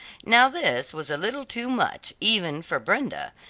now this was a little too much, even for brenda,